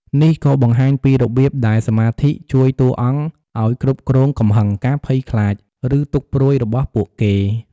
នេះក៏បង្ហាញពីរបៀបដែលសមាធិជួយតួអង្គឱ្យគ្រប់គ្រងកំហឹង ការភ័យខ្លាច ឬទុក្ខព្រួយរបស់ពួកគេ។